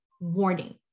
warning